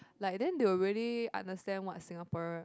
like then they will really understand what's Singapore